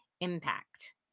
impact